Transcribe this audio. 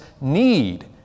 need